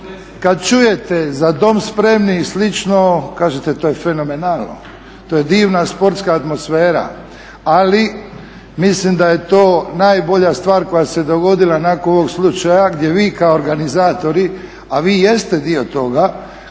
kad čujete Za dom spremni i slično kažete to je fenomenalno, to je divna sportska atmosfera, ali mislim da je to najbolja stvar koja se dogodila nakon ovog slučaja gdje vi kao organizatori, a vi jeste dio toga